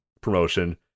promotion